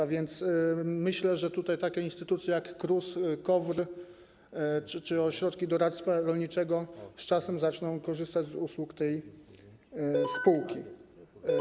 A więc myślę, że tutaj takie instytucje jak KRUS, KOWR czy ośrodki doradztwa rolniczego z czasem zaczną korzystać z usług tej spółki.